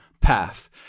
path